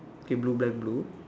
okay blue black blue